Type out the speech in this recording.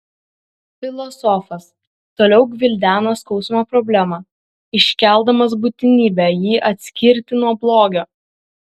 filosofas toliau gvildena skausmo problemą iškeldamas būtinybę jį atskirti nuo blogio